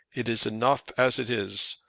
it is enough as it is.